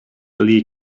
lee